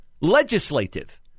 Legislative